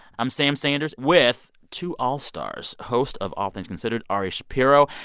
i'm sam sanders with two all-stars host of all things considered, ari shapiro,